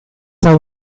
hau